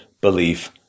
belief